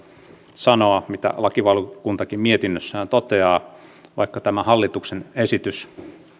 sanoa mitä lakivaliokuntakin mietinnössään toteaa että vaikka tämä hallituksen esitys